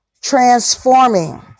transforming